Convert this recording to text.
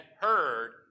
heard